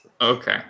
Okay